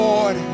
Lord